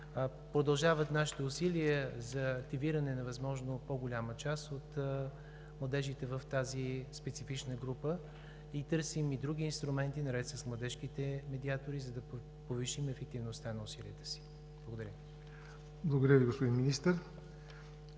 Продължават нашите усилия за активиране на възможно по-голяма част от младежите в тази специфична група. Търсим и други инструменти, наред с младежките медиатори, за да повишим ефективността на усилията си. Благодаря.